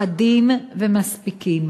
חדים ומספיקים,